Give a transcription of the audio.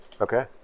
Okay